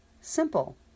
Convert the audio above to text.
Simple